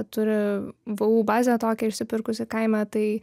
turi buvau bazę tokią išsipirkusi kaime tai